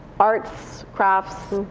arts, crafts,